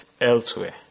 elsewhere